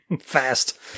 Fast